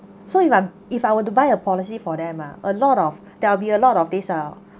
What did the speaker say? so if I if I were to buy a policy for them ah a lot of there will be a lot of this ah